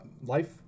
life